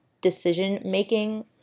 decision-making